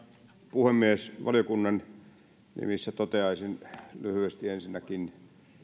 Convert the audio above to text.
puhemies valiokunnan nimissä toteaisin lyhyesti ensinnäkin